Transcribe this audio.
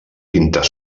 pintar